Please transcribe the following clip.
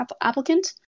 applicant